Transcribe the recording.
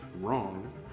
wrong